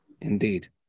Indeed